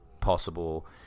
possible